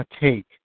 take